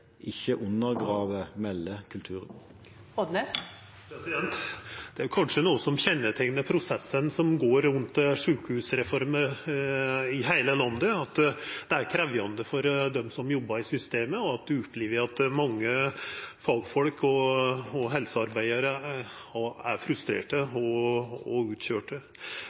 Det er jo kanskje noko som kjenneteiknar prosessen rundt sjukehusreforma i heile landet, at det er krevjande for dei som jobbar i systemet, og at ein opplever at mange fagfolk og helsearbeidarar er frustrerte og utkøyrde.